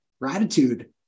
Gratitude